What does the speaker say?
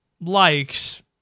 Likes